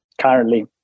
currently